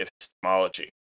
Epistemology